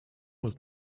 was